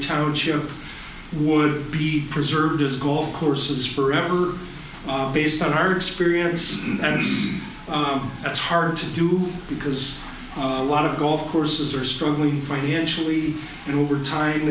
township would be preserved as golf courses forever based on our experience and that's hard to do because a lot of golf courses are struggling financially and over